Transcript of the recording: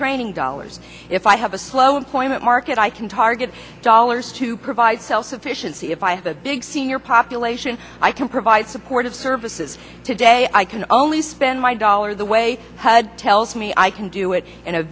training dollars if i have a slow employment market i can target dollars to provide self sufficiency if i have a big senior population i can provide supportive services today i can only spend my dollar the way tells me i can do it in a